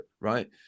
Right